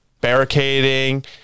barricading